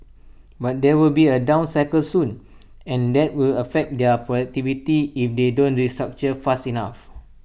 but there will be A down cycle soon and that will affect their productivity if they don't restructure fast enough